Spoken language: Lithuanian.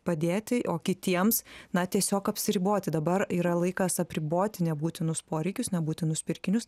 padėti o kitiems na tiesiog apsiriboti dabar yra laikas apriboti nebūtinus poreikius nebūtinus pirkinius